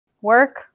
Work